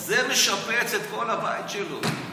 זה, משפץ את כל הבית שלו,